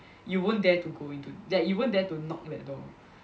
you won't dare to go into that you won't dare to knock on that door